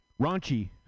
Raunchy